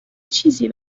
چیزی